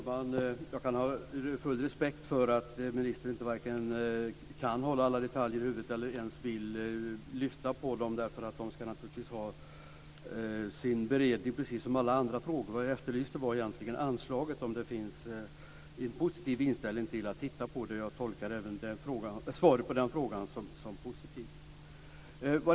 Fru talman! Jag har full respekt för att ministern varken kan eller vill hålla alla detaljer i huvudet. Dessa frågor skall naturligtvis ha sin beredning precis som alla andra frågor. Jag frågade egentligen om anslaget, om det finns en positiv inställning till att titta på det, och jag tolkar även svaret på den frågan positivt.